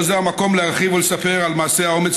לא זה המקום להרחיב ולספר על מעשי האומץ